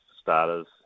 starters